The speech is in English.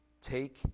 Take